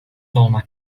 olmak